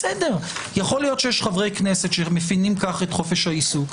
יכול להיות שיש חברי כנסת שמבינים כך חופש העיסוק.